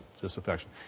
disaffection